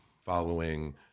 following